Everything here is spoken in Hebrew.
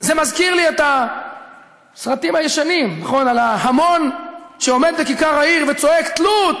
זה מזכיר לי את הסרטים הישנים על ההמון שעומד בכיכר העיר וצועק: תלו,